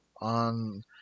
on